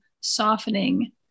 softening